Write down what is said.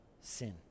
sin